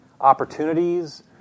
opportunities